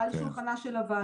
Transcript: על שולחנה של הוועדה.